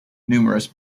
numerous